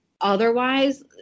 Otherwise